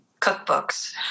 cookbooks